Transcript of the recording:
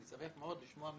אני שמח מאוד לשמוע ממך,